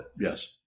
Yes